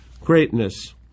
greatness